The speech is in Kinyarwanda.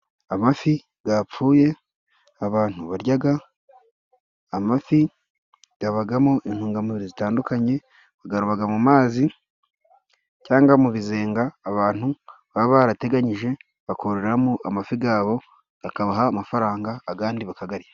Amafi yapfuye abantu barya, amafi yabamo intungamubiri zitandukanye, aba mu mazi cyangwa mu bizenga, abantu baba barateganyije bakororamo amafi yabo bakabaha amafaranga, ayandi bakayarya.